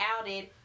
outed